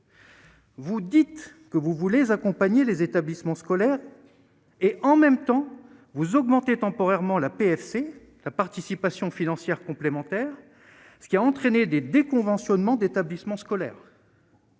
Vous dites que vous voulez, accompagner les établissements scolaires et en même temps vous augmenter temporairement la PFC sa participation financière complémentaire, ce qui a entraîné des déconventionnement d'établissements scolaires.